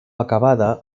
acabada